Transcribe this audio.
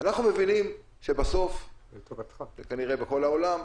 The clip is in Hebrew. אנחנו מבינים שבסוף, זה כנראה בכל העולם,